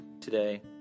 today